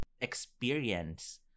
experience